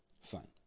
Fine